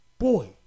Boy